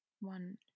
one